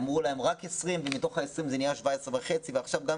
אמרו להם רק 20 ומתוך ה20- זה נהיה 17.5. עכשיו גם